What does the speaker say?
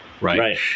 right